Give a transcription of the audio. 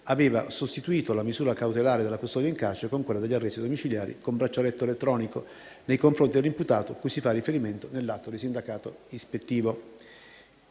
aveva sostituito la misura cautelare della custodia in carcere con quella degli arresti domiciliari con braccialetto elettronico nei confronti dell'imputato cui si fa riferimento nell'atto di sindacato ispettivo.